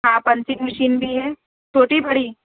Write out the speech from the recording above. ہاں punching machine بھی ہے چھوٹی بڑی